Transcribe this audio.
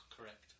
Correct